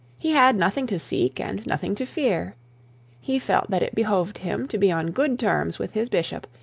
he had nothing to seek and nothing to fear he felt that it behoved him to be on good terms with his bishop,